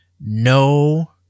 no